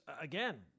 again